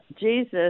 Jesus